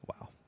Wow